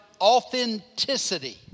Authenticity